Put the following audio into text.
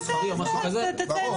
סוד מסחרי או משהו כזה -- אז תציינו.